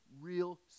real